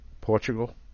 Portugal